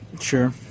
Sure